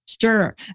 Sure